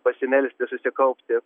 pasimelsti susikaupti